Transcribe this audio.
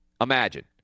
imagine